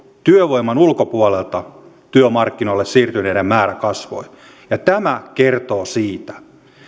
työvoiman ulkopuolelta työmarkkinoille siirtyneiden määrä kasvoi ja tämä kertoo siitä